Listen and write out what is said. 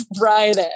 right